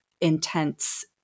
intense